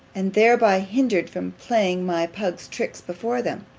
and thereby hindered from playing my pug's tricks before them.